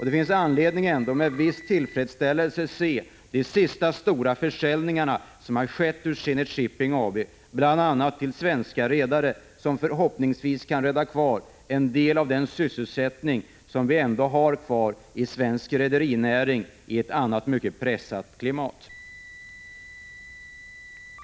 Det finns därför anledning att med viss tillfredsställelse se de sista stora försäljningarna ur Zenit Shipping AB, bl.a. till svenska redare, försäljningar som förhoppningsvis kan rädda en del av den sysselsättning som vi ändå har kvar i svensk rederinäring i ett annars mycket pressat klimat.